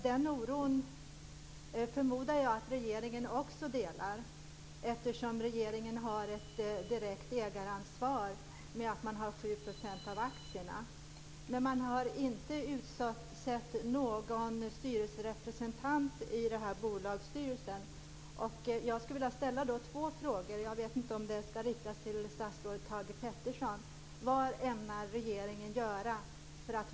Jag förmodar att också regeringen delar den oron, eftersom regeringen har ett direkt ägaransvar som innehavare av 7 % av aktierna. Man har dock inte utsett någon styrelserepresentant i styrelsen för bolaget.